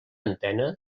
antena